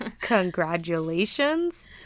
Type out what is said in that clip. congratulations